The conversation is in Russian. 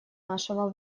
нашего